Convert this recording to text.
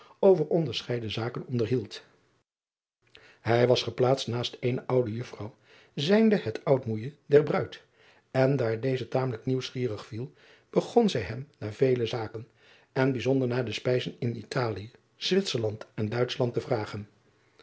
over onderscheiden zaken onderhield ij was geplaatst naast eene oude uffrouw zijnde een oudmoeije der bruid en daar deze tamelijk nieuwsgierig viel begon zij hem naar vele zaken en bijzonder naar de spijzen in talie witserland en uitschland te vragen